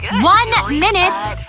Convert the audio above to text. one minute.